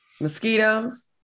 Mosquitoes